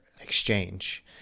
exchange